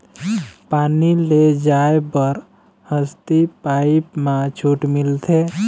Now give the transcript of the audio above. पानी ले जाय बर हसती पाइप मा छूट मिलथे?